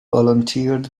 volunteered